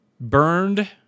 burned